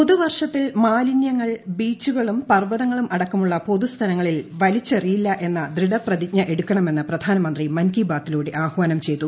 പുതുവർഷത്തിൽ ബീച്ചുകളും പർവ്വതങ്ങളും അടക്കമുള്ള പൊതുസ്ഥലങ്ങളിൽ വലിച്ചെറിയില്ല എന്ന ദൃഢപ്രതിജ്ഞ യെടുക്കണമെന്ന് പ്രധാനമന്ത്രി ്മൻ കി ബാതിലൂടെ ആഹ്വാനം ചെയ്തു